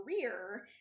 career